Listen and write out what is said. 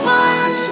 one